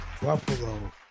Buffalo